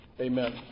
Amen